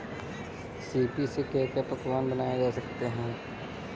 सीप से क्या क्या पकवान बनाए जा सकते हैं?